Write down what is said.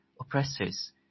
oppressors